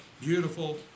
beautiful